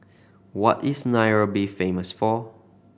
what is Nairobi famous for